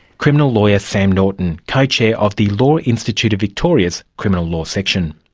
criminal lawyer sam norton, co-chair of the law institute of victoria's criminal law section.